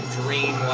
dream